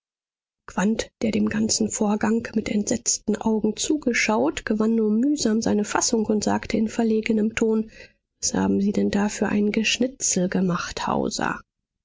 der dem ganzen vorgang mit entsetzten augen zugeschaut gewann nur mühsam seine fassung und sagte in verlegenem ton was haben sie denn da für ein geschnitzel gemacht